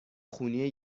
خونی